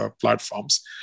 platforms